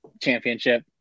championship